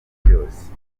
byose